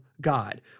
God